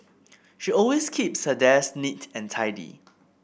she always keeps her desk neat and tidy